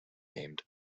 named